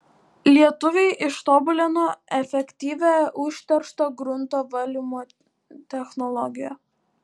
lietuviai ištobulino efektyvią užteršto grunto valymo technologiją